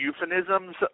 euphemisms